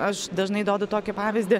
aš dažnai dodu tokį pavyzdį